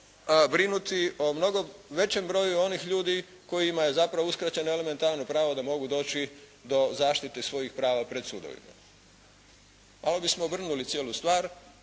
brinuti o mnogo većem broju onih ljudi kojima je zapravo uskraćeno elementarno pravo da mogu doći do zaštite svojih prava pred sudovima. Malo bismo obrnuli cijelu stvar,